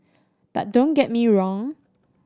but don't get me wrong